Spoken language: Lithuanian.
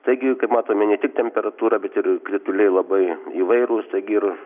taigi kaip matome ne tik temperatūra bet ir krituliai labai įvairūs taigi ir